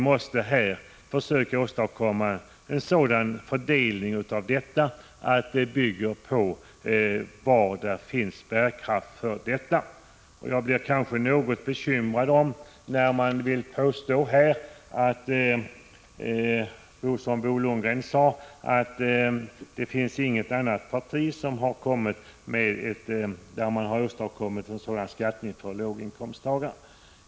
Jag blev bekymrad, när Bo Lundgren här påstod att inget annat parti än moderaterna hade krävt en skattesänkning för låginkomsttagarna.